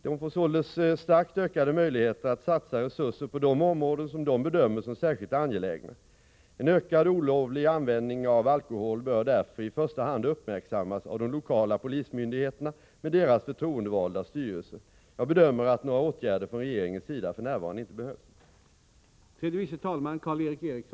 De får således starkt ökade möjligheter att satsa resurser på de områden som de bedömer som särskilt angelägna. En ökad olovlig tillverkning av alkohol bör därför i första hand uppmärksammas av de lokala polismyndigheterna med deras förtroendevalda styrelser. Jag bedömer att några åtgärder från regeringens sida för närvarande inte behövs.